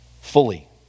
Fully